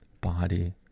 body